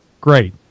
great